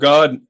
God